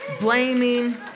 blaming